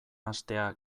hastea